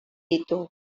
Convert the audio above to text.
ditu